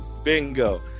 Bingo